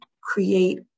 create